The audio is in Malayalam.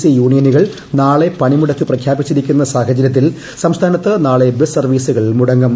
സി യൂണിയനുകൾ നാളെ പണിമുടക്ക് പ്രഖ്യാപിച്ചിരിക്കുന്ന സാഹചര്യത്തിൽ സംസ്ഥാനത്ത് നാളെ ബസ് സർവ്വീസുകൾ മുടങ്ങും